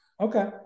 Okay